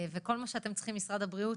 כל מה שאתם צריכים, משרד הבריאות,